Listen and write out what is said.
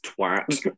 twat